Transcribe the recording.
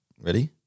ready